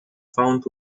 found